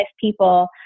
people